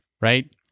right